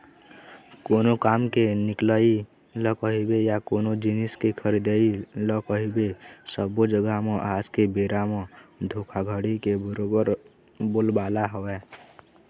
कोनो काम के निकलई ल कहिबे या कोनो जिनिस के खरीदई ल कहिबे सब्बो जघा म आज के बेरा म धोखाघड़ी के बरोबर बोलबाला हवय